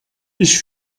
ich